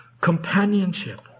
companionship